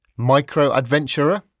Micro-adventurer